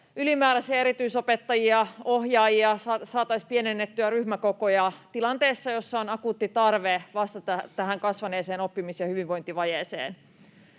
ylimääräisiä erityisopettajia, ohjaajia, saataisiin pienennettyä ryhmäkokoja tilanteessa, jossa on akuutti tarve vastata tähän kasvaneeseen oppimis- ja hyvinvointivajeeseen.